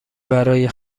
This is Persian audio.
برای